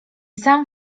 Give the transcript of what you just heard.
sam